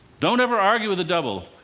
don't ever argue with the devil.